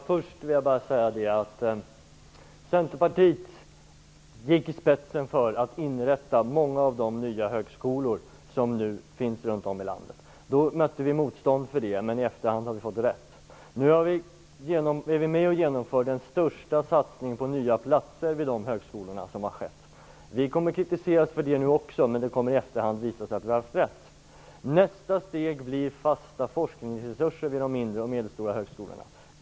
Herr talman! Centerpartiet gick i spetsen för att inrätta många av de nya högskolor som nu finns runt om i landet. Då mötte vi motstånd, men i efterhand har vi fått rätt. Nu är vi med och genomför den största satsning som har skett på nya platser vid de högskolorna. Vi kommer att kritiseras för det också, men det kommer i efterhand att visa sig att vi har haft rätt. Nästa steg blir fasta forskningsresurser vid de mindre och medelstora högskolorna.